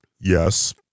Yes